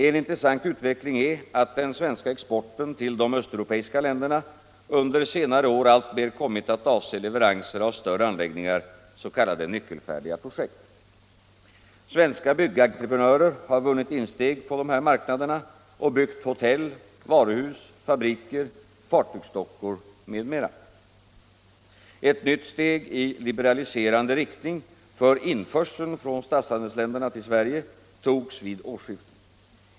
En intressant utveckling är att den svenska exporten till de östeuropeiska länderna under senare år alltmer kommit att avse leveranser av större anläggningar, s.k. nyckelfärdiga projekt. Svenska byggentreprenörer har vunnit insteg på dessa marknader och byggt hotell, varuhus, fabriker, fartygsdockor m.m. Ett nytt steg i liberaliserande riktning för införseln från statshandelsländerna till Sverige togs vid årsskiftet.